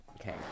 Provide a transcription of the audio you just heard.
Okay